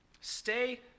Stay